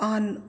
on